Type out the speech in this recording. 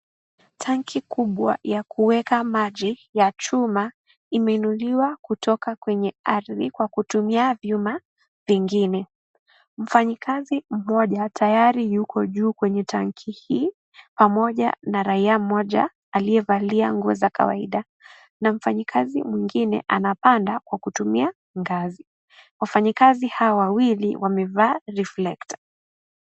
Tanki kubwa ya kuweka maji, ya chuma, imeinuliwa kutoka kwenye ardhi kwa kutumia vyuma vingine. Mfanyikazi mmoja, tayari yuko juu kwenye tanki hii, pamoja na raia mmoja aliyevalia nguo za kawaida na mfanyakazi mwingine anapanda kwa kutumia ngazi. Wafanyakazi hawa wawili wamevaa reflector .